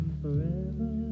forever